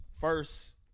first